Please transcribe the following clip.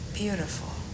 beautiful